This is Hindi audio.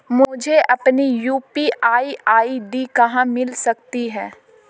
मुझे अपनी यू.पी.आई आई.डी कहां मिल सकती है?